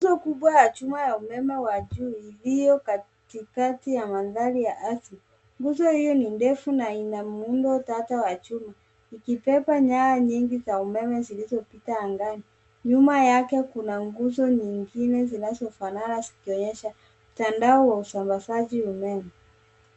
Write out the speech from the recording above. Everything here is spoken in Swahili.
Nguzo kubwa ya chuma ya umeme wa juu iliyo katikati ya mandhari ya asili. Nguzo hiyo ni ndefu na ina muundo tata wa chuma ikibeba nyaya nyingi za umeme zilizopita angani. Nyuma yake kuna nguzo nyingine zinazofanana zikionyesha mtandao wa usamabazaji umeme.